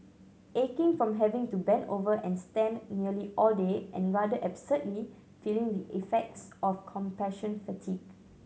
aching from having to bend over and stand nearly all day and rather absurdly feeling the effects of compassion fatigue